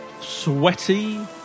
Sweaty